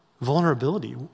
vulnerability